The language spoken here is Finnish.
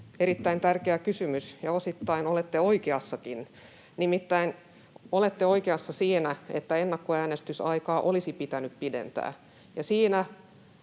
erittäin tärkeä kysymys, ja osittain olette oikeassakin. Nimittäin olette oikeassa siinä, että ennakkoäänestysaikaa olisi pitänyt pidentää.